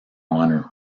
honour